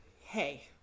Hey